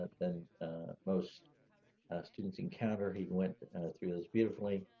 than most students encounter. he went but and through this beautifully.